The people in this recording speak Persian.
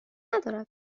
ندارد